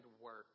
work